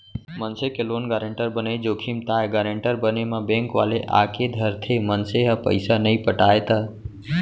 मनसे के loan guarantor बनई जोखिम ताय गारेंटर बने म बेंक वाले आके धरथे, मनसे ह पइसा नइ पटाय त